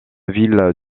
ville